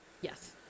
Yes